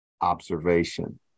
observation